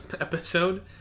episode